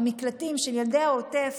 המקלטים של ילדי העוטף,